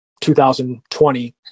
2020